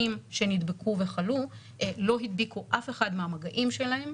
שנדבקו וחלו לא הדביקו אף אחד מהמגעים שלהם,